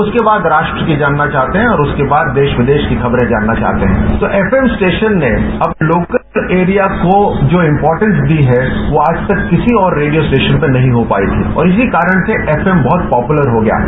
उसके बाद राष्ट्र की जानना चाहते है कि और उसके बाद देश विदेश की खबरें जानना चाहते हैं तो एफएम स्टेशन ने अब लोकल एरिया को जो इंपोटेंस दी है वो आज तक किसी और रेडियो स्टेशन में नहीं हो पाई और इसी कारण से एफएम बहत पॉपुलर हो गया है